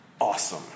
awesome